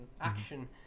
Action